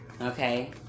Okay